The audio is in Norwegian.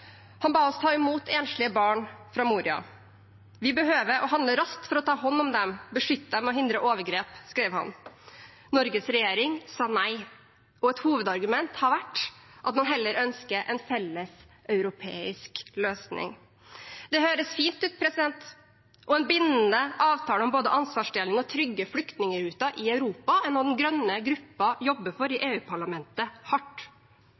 Han ba oss ta imot enslige barn fra Moria. Vi behøver å handle raskt for å ta hånd om dem, beskytte dem og hindre overgrep, skrev han. Norges regjering sa nei, og et hovedargument har vært at man heller ønsker en felleseuropeisk løsning. Det høres fint ut, og en bindende avtale om både ansvarsdeling og trygge flyktningruter i Europa er noe grønne grupper jobber hardt for i